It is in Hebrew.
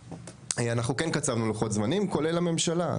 אנחנו כן קצבנו לוחות זמנים כולל הממשלה.